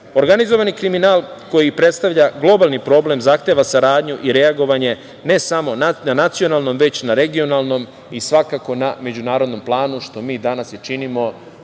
dela. Organizovani kriminal, koji predstavlja globalni problem, zahteva saradnju i reagovanje ne samo na nacionalnom, već i na regionalnom i svakako na međunarodnom planu, što mi danas i činimo